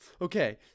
Okay